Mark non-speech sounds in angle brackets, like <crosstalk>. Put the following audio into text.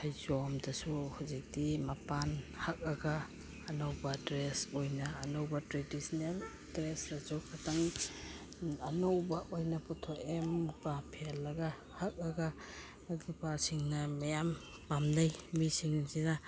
ꯐꯩꯖꯣꯝꯗꯁꯨ ꯍꯧꯖꯤꯛꯇꯤ ꯃꯄꯥꯟ ꯍꯛꯑꯒ ꯑꯅꯧꯕ ꯗ꯭ꯔꯦꯁ ꯑꯣꯏꯅ ꯑꯅꯧꯕ ꯇ꯭ꯔꯦꯗꯤꯁꯅꯦꯜ ꯗ꯭ꯔꯦꯁꯇꯁꯨ ꯈꯛꯇꯪ ꯑꯅꯧꯕ ꯑꯣꯏꯅ ꯄꯨꯊꯣꯛꯑꯦ ꯃꯨꯒꯥ ꯐꯦꯜꯂꯒ ꯍꯛꯑꯒ <unintelligible> ꯃꯌꯥꯝ ꯄꯥꯝꯅꯩ ꯃꯤꯁꯤꯡꯁꯤꯅ